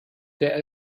der